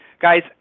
guys